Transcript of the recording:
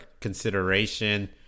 consideration